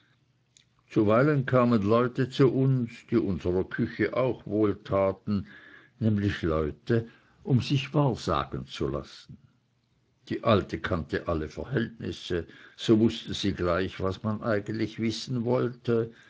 zuweilen kamen leute zu uns die unserer küche auch wohltaten nämlich leute um sich wahrsagen zu lassen die alte kannte alle verhältnisse so wußte sie gleich was man eigentlich wissen wollte